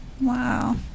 Wow